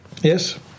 Yes